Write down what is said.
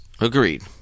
Agreed